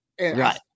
Right